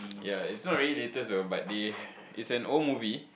yea it's not really latest oh but they it's an old movie